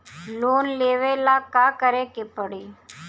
Loan लेवे ला का करे के पड़ी?